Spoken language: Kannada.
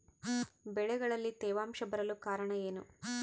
ಬೆಳೆಗಳಲ್ಲಿ ತೇವಾಂಶ ಬರಲು ಕಾರಣ ಏನು?